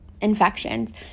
infections